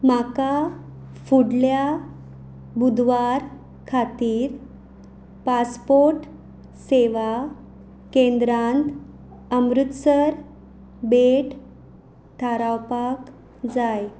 म्हाका फुडल्या बुधवार खातीर पासपोर्ट सेवा केंद्रांत अमृतसर भेट थारावपाक जाय